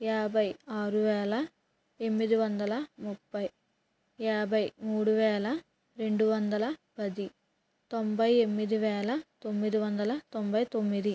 యాభై ఆరు వేల ఎనిమిది వందల ముఫై యాభై మూడు వేల రెండు వందల పది తొంభై ఎనిమిది వేల తొమ్మిది వందల తొంభై తొమ్మిది